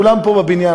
כולנו פה בבניין,